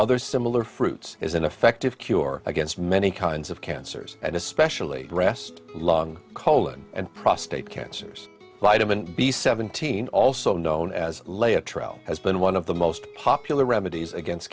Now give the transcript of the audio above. other similar fruits is an effective cure against many kinds of cancers and especially breast lung colon and prostate cancers leiderman b seventeen also known as les a trial has been one of the most popular remedies against